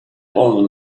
old